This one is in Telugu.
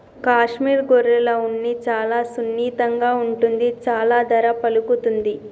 కాశ్మీర్ గొర్రెల ఉన్ని చాలా సున్నితంగా ఉంటుంది చాలా ధర పలుకుతుంది